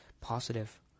positive